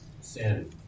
sin